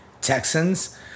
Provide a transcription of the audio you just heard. Texans